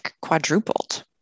quadrupled